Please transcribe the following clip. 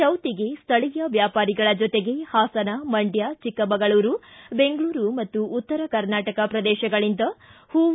ಚೌತಿಗೆ ಸ್ಥಳೀಯ ವ್ಯಾಪಾರಿಗಳ ಜತೆಗೆ ಹಾಸನ ಮಂಡ್ಯ ಚಿಕ್ಕಮಗಳೂರು ಬೆಂಗಳೂರು ಮತ್ತು ಉತ್ತರ ಕರ್ನಾಟಕ ಪ್ರದೇಶಗಳಿಂದ ಹೂವು